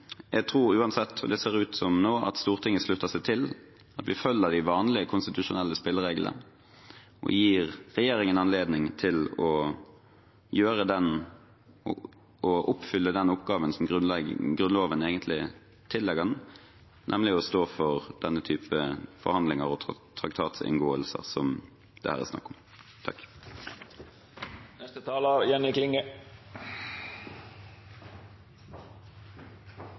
Jeg tror uansett – og slik ser det ut nå – at Stortinget slutter seg til at vi følger de vanlige konstitusjonelle spillereglene og gir regjeringen anledning til å oppfylle den oppgaven som Grunnloven egentlig tillegger den, nemlig å stå for den typen forhandlinger og traktatinngåelser som det her er snakk om.